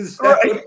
Right